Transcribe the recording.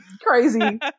crazy